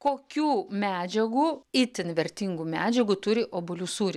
kokių medžiagų itin vertingų medžiagų turi obuolių sūris